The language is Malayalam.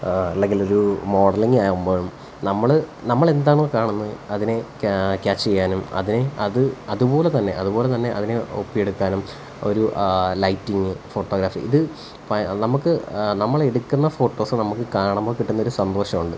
അല്ലെങ്കിലൊരു മോഡലിംഗ് ആകുമ്പോഴും നമ്മള് നമ്മൾ എന്താണോ കാണുന്നത് അതിനെ ക്യാ ക്യാപ്ച്ചർ ചെയ്യാനും അതിനെ അത് അതുപോലെതന്നെ അതുപോലെതന്നെ അതിനെ ഒപ്പിയെടുക്കാനും ഒരു ലൈറ്റിങ്ങ് ഫോട്ടോഗ്രാഫി ഇത് നമുക്ക് നമ്മളെടുക്കുന്ന ഫോട്ടോസ് നമുക്ക് കാണുമ്പം കിട്ടുന്ന ഒരു സന്തോഷമുണ്ട്